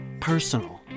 personal